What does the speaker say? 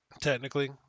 Technically